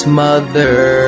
mother